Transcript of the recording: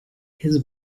his